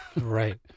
Right